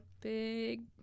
Big